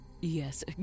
Yes